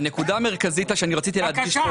הנקודה המרכזית שרציתי להדגיש.